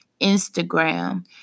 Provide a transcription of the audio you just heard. Instagram